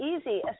easy